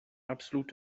absolut